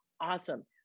awesome